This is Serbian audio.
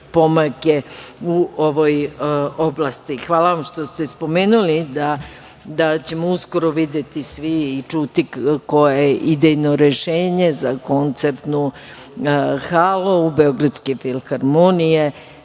pomake u ovoj oblasti. Hvala vam što ste spomenuli da ćemo uskoro videti svi i čuti koje je idejno rešenje za koncertnu halu Beogradske filharmonije